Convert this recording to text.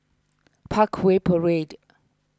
Parkway Parade